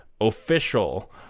official